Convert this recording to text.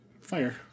fire